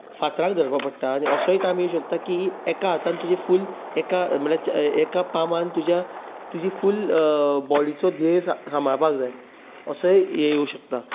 फातराक धरपाक पडटा आनी असोय टायम येवंक शकता की एका हातान तुजें फुल म्हणल्यार एका पाल्मान तुज्या तुजी फुल बॉडीचो ध्येय सांबाळपाक जाय असोय ए येवंक शकता